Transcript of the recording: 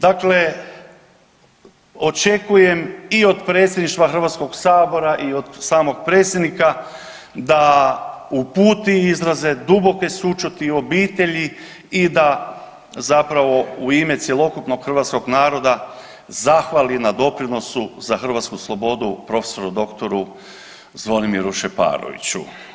Dakle, očekujem i od predsjedništva Hrvatskog sabora i od samog predsjednika da uputi izraze duboke sućuti obitelji i da zapravo u ime cjelokupnog hrvatskog naroda zahvali na doprinosu za hrvatsku slobodu prof.dr. Zvonimiru Šeparoviću.